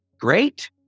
Great